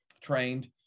trained